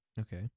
okay